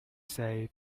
say